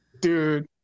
dude